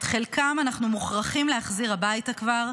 את חלקם אנחנו מוכרחים להחזיר הביתה כבר,